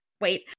Wait